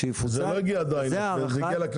זה הגיע לכנסת?